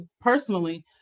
personally